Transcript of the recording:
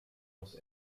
los